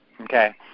okay